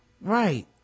right